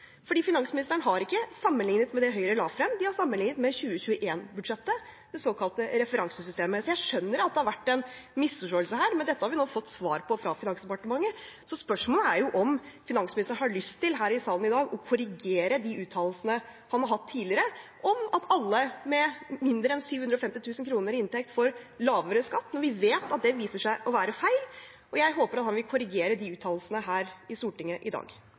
finansministeren har ikke sammenliknet med det Høyre la fram. De har sammenliknet med 2021-budsjettet, det såkalte referansesystemet. Jeg skjønner at det har vært en misforståelse her, men det har vi nå fått svar på fra Finansdepartementet. Så spørsmålet er om finansministeren har lyst til i salen i dag å korrigere de uttalelsene han har hatt tidligere om at alle med mindre enn 750 000 kr i inntekt får lavere skatt, når vi vet at det viser seg å være feil. Jeg håper han vil korrigere de uttalelsene her i Stortinget i dag.